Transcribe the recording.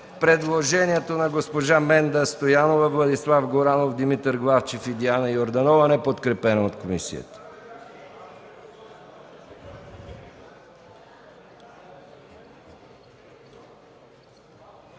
предложението на госпожа Менда Стоянова, Владислав Горанов, Димитър Главчев и Диана Йорданова, неподкрепено от комисията.